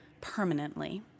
permanently